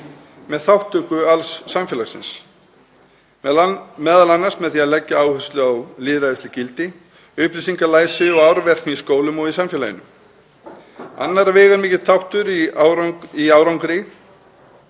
með þátttöku alls samfélagsins, m.a. með því að leggja áherslu á lýðræðisleg gildi, upplýsingalæsi og árvekni í skólum og í samfélaginu. Annar veigamikill þáttur í árangri